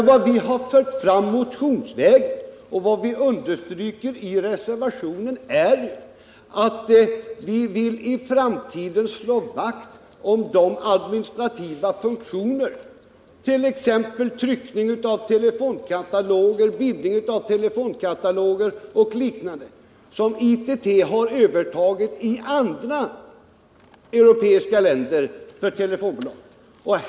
Vad vi har fört fram motionsvägen och understryker i reservationen är att vi för framtiden vill slå vakt om de administrativa funktioner — t.ex. tryckning och bindning av telefonkataloger och liknande — som ITT har övertagit för telefonbolag i andra europeiska länder.